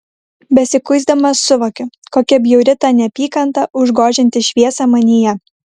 besikuisdama suvokiu kokia bjauri ta neapykanta užgožianti šviesą manyje